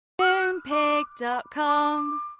Moonpig.com